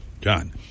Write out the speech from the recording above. john